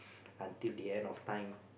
until the end of time